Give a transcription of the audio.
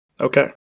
Okay